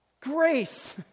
Grace